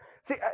see